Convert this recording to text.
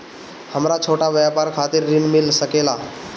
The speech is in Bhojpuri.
हमरा छोटा व्यापार खातिर ऋण मिल सके ला?